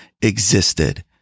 existed